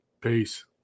Peace